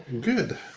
good